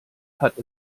hat